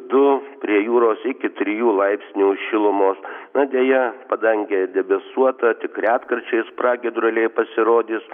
du prie jūros iki trijų laipsnių šilumos na deja padangė debesuota tik retkarčiais pragiedruliai pasirodys